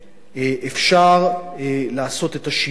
אפשר לעשות את השינוי הזה.